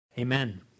Amen